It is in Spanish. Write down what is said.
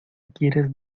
quieres